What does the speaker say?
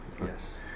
Yes